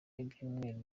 y’ibyumweru